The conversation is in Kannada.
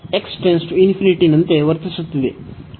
ಆದ್ದರಿಂದ ಇದು ನಂತೆ ವರ್ತಿಸುತ್ತಿದೆ